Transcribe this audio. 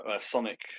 Sonic